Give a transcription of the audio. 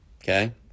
Okay